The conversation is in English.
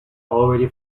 already